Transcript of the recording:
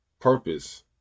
purpose